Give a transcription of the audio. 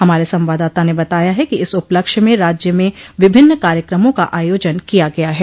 हमारे संवाददाता ने बताया ह कि इस उपलक्ष्य में राज्य में विभिन्न कार्यक्रमों का आयोजन किया गया है